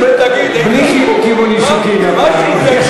תמיד, בלי חיבוקים ונישוקים הפעם.